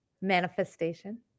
Manifestation